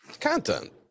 Content